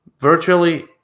virtually